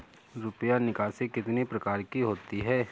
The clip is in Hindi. रुपया निकासी कितनी प्रकार की होती है?